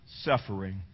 suffering